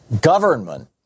government